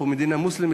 פה מדינה מוסלמית,